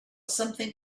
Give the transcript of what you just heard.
something